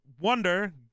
Wonder